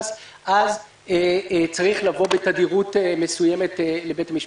אז צריך לבוא בתדירות מסוימת לבית משפט.